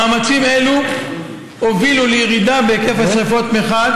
מאמצים אלו הובילו לירידה בהיקף השרפות מחד